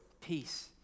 peace